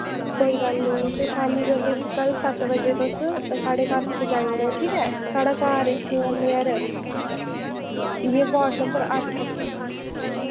कोई गल्ल नी ते शाम्मी कल सत्त बजे तुस साढ़े घर पजाई ओड़ेओ ठीक ऐ साढ़ा घर इत्थे ऐ नेअर यह वार्ड नंबर अट्ठ